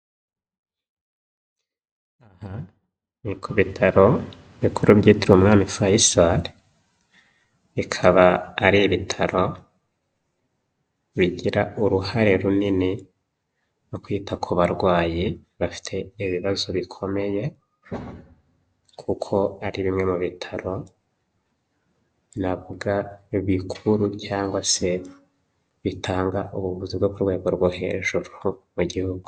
Ni gahabm hauhdhjs ararha